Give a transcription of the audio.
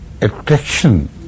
attraction